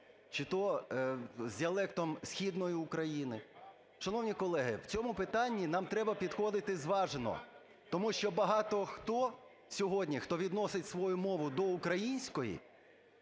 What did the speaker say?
чи то з діалектом Східної України? Шановні колеги, в цьому питанні нам треба підходити зважено, тому що багато хто сьогодні, хто відносить свою мову до української,